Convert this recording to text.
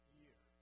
year